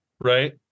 right